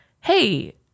hey